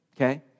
Okay